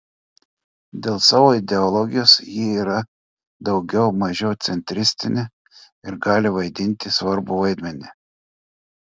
dėl savo ideologijos ji yra daugiau mažiau centristinė ir gali vaidinti svarbų vaidmenį